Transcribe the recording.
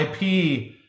IP